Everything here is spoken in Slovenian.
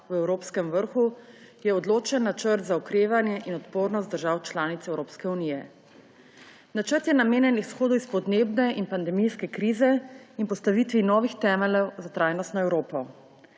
v evropskem vrhu, je odločen Načrt za okrevanje in odpornost držav članic Evropske unije. Načrt je namenjen izhodu iz podnebne in pandemijske krize in postavitvi novih temeljev za trajnostno Evropo.